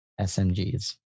SMGs